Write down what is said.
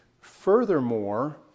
Furthermore